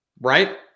Right